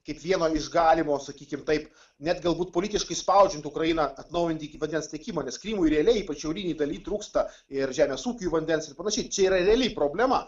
kaip vieno galimo sakykim taip net galbūt politiškai spaudžiant ukrainą atnaujinti vandens tiekimą krymui realiai ypač šiaurinėj daly trūksta ir žemės ūkiui vandens ir panašiai čia yra reali problema